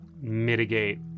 mitigate